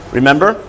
remember